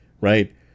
right